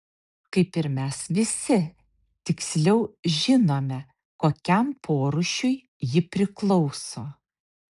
kaip ir mes visi tiksliau žinome kokiam porūšiui ji priklauso